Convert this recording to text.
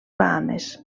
bahames